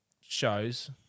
shows